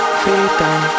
freedom